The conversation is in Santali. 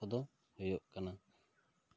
ᱠᱚᱫᱚ ᱦᱩᱭᱩᱜ ᱠᱟᱱᱟ